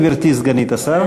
גברתי סגנית השר.